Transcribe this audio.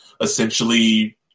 essentially